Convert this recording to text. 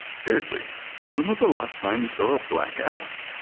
seriously when was the last time you saw a black elf?